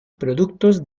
productos